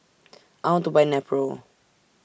I want to Buy Nepro